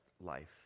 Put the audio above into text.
life